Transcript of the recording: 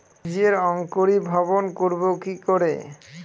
বীজের অঙ্কোরি ভবন করব কিকরে?